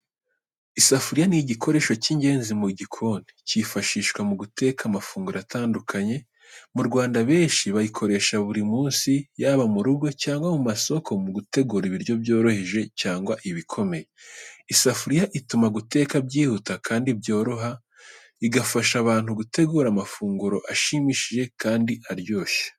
Isafuriya ni igikoresho cy’ingenzi mu gikoni, cyifashishwa mu guteka amafunguro atandukanye. Mu Rwanda, abenshi bayikoresha buri munsi, yaba mu rugo cyangwa mu masoko, mu gutegura ibiryo byoroheje cyangwa ibikomeye. Isafuriya ituma guteka byihuta kandi byoroha, igafasha abantu gutegura amafunguro ashimishije kandi aryoshye.